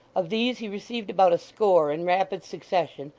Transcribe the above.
of these he received about a score in rapid succession,